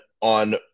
on